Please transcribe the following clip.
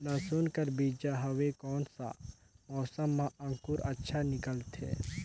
लसुन कर बीजा हवे कोन सा मौसम मां अंकुर अच्छा निकलथे?